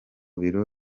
biro